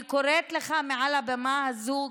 אני קוראת לך מעל הבמה הזו,